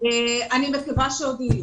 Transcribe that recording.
אני מקווה שעוד יהיו.